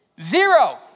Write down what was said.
Zero